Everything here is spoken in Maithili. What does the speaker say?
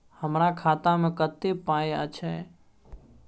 हमरा खाता में कत्ते पाई अएछ?